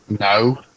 No